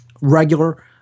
regular